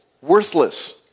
worthless